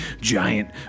giant